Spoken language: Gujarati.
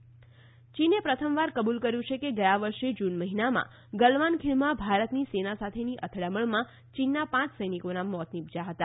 ચીન ગલવાન ખીણ ચીને પ્રથમવાર કબુલ કર્યું છે કે ગયા વર્ષે જૂન મહિનામાં ગલવાન ખીણમાં ભારતની સેના સાથેની અથડામણમાં ચીનના પાંચ સૈનિકોના મોત નીપજ્યા હતા